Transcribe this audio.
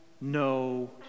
no